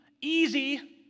easy